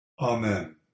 Amen